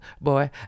boy